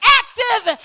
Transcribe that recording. active